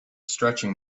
stretching